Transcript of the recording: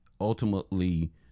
ultimately